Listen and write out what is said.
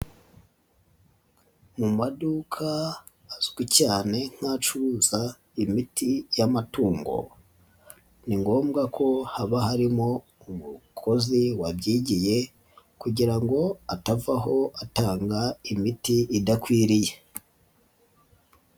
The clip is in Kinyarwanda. Mu maduka azwi cyane nk'acuruza imiti y'amatungo ni ngombwa ko haba harimo umukozi wabyigiye kugira ngo atavaho atanga imiti idakwiriye.